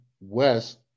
West